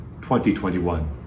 2021